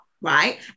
right